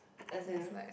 as in